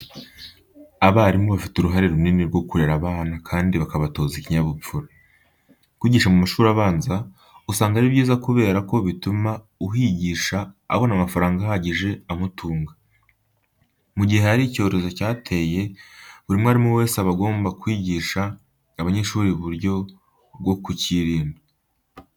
Abarimu bafite uruhare runini rwo kurera abana kandi bakabatoza ikinyabupfura. Kwigisha mu mashuri abanza, usanga ari byiza kubera ko bituma uhigisha abona amafaranga ahagije amutunga. Mu gihe hari icyorezo cyateye buri mwarimu wese aba agomba kwigisha abanyeshuri uburyo bwo kucyirinda.